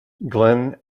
glenn